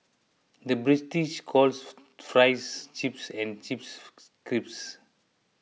the British calls Fries Chips and Chips Crisps